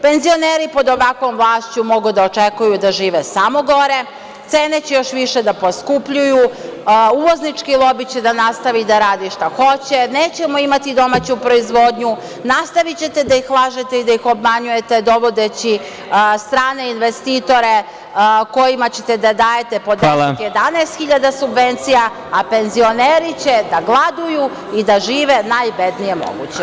Penzioneri pod ovakvom vlašću mogu da očekuju da žive samo gore, cene će još više da poskupljuju, uvoznički lobi će da nastavi da radi šta hoće, nećemo imati domaću proizvodnju, nastavićete da ih lažete, da ih obmanjujete, dovodeći strane investitore kojima ćete da dajete po 11.000 subvencija, a penzioneri će da gladuju i da žive najbednije moguće.